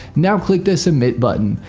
now click the submit button.